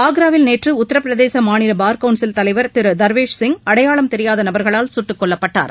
ஆன்ராவில் நேற்று உத்தரப்பிரதேச மாநில bar council தலைவர் திரு தர்வேஷ் சிங் அடையாளம் தெரியாத நபர்களால் சுட்டுக் கொல்லப்பட்டார்